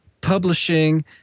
publishing